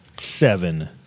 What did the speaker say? Seven